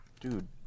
Dude